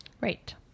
Right